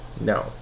No